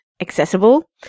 accessible